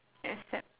except